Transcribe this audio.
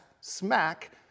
smack